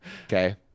Okay